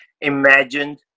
imagined